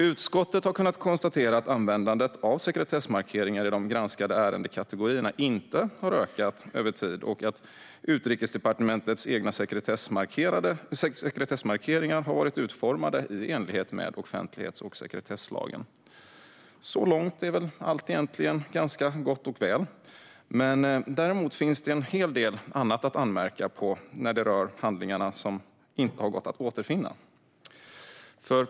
Utskottet har kunnat konstatera att användandet av sekretessmarkeringar i de granskade ärendekategorierna inte har ökat över tid och att Utrikesdepartementets egna sekretessmarkeringar har varit utformade i enlighet med offentlighets och sekretesslagen. Så långt är väl allt egentligen ganska gott och väl, men däremot finns det en hel del annat att anmärka på när det rör de handlingar som inte har gått att återfinna.